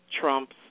trumps